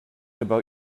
about